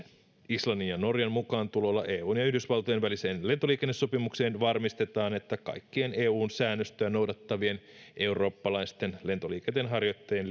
islannin ja norjan mukaantulolla eun ja yhdysvaltojen väliseen lentoliikennesopimukseen varmistetaan että kaikkien eun säännöstöä noudattavien eurooppalaisten lentoliikenteen harjoittajien